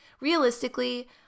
realistically